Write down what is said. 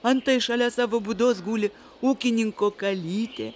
antai šalia savo būdos guli ūkininko kalytė